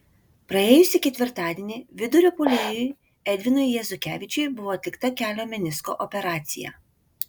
praėjusį ketvirtadienį vidurio puolėjui edvinui jezukevičiui buvo atlikta kelio menisko operacija